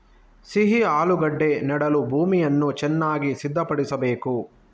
ಸಿಹಿ ಆಲೂಗೆಡ್ಡೆ ನೆಡಲು ಭೂಮಿಯನ್ನು ಚೆನ್ನಾಗಿ ಸಿದ್ಧಪಡಿಸಬೇಕು